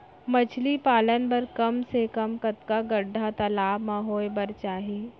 मछली पालन बर कम से कम कतका गड्डा तालाब म होये बर चाही?